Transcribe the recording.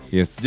Yes